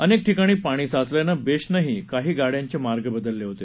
अनेक ठिकाणी पाणी साचल्यानं बेस्टनंही काही गाड्यांचे मार्ग बदलले होते